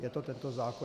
Je to tento zákon.